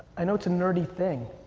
i know it's a nerdy thing.